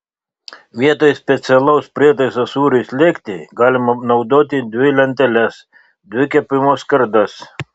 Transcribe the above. vietoj specialaus prietaiso sūriui slėgti galima naudoti dvi lenteles dvi kepimo skardas